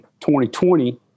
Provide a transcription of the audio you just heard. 2020